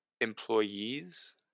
employees